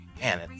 man